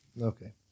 Okay